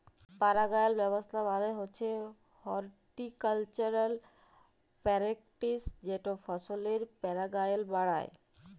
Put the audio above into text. পারাগায়ল ব্যাবস্থা মালে হছে হরটিকালচারাল প্যারেকটিস যেট ফসলের পারাগায়ল বাড়ায়